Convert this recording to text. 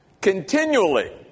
continually